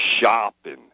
shopping